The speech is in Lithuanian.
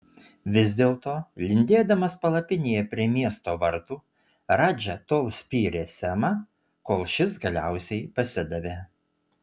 vis dėlto lindėdamas palapinėje prie miesto vartų radža tol spyrė semą kol šis galiausiai pasidavė